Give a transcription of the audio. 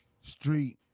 street